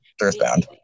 Earthbound